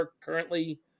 currently